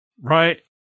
Right